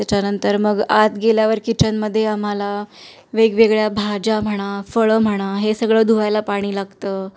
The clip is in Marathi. त्याच्यानंतर मग आत गेल्यावर किचनमध्ये आम्हाला वेगवेगळ्या भाज्या म्हणा फळं म्हणा हे सगळं धुवायला पाणी लागतं